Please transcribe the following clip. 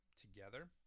together